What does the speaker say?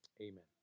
Amen